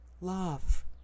love